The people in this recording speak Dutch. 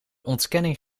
ontkenning